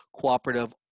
cooperative